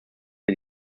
wir